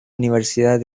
universidad